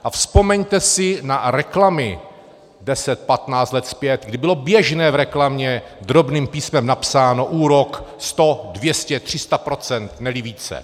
A vzpomeňte si na reklamy deset patnáct let zpět, kdy bylo běžné v reklamě drobným písmem napsáno úrok sto, dvě stě, tři sta procent, neli více.